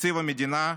לתקציב המדינה,